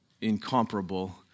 incomparable